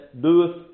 doeth